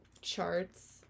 charts